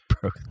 broke